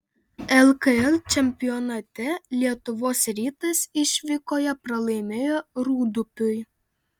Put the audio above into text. lkl čempionate lietuvos rytas išvykoje pralaimėjo rūdupiui